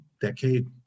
decade